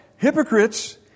hypocrites